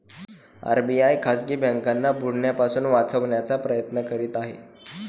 RBI खाजगी बँकांना बुडण्यापासून वाचवण्याचा प्रयत्न करत आहे